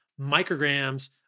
micrograms